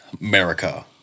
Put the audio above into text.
America